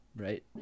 right